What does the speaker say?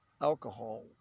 alcohol